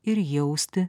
ir jausti